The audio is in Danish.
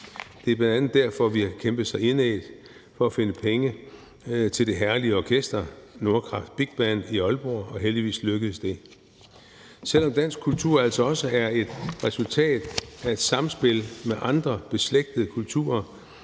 Det er bl.a. derfor, vi har kæmpet så indædt for at finde penge til det herlige orkester Nordkraft Big Band i Aalborg, og heldigvis lykkedes det. Selv om dansk kultur altså også er et resultat af et samspil med andre beslægtede kulturer,